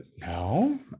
No